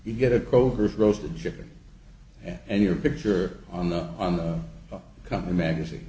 to get a coke or roasted chicken and your picture on the on the company magazine